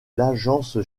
l’agence